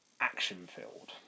action-filled